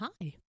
hi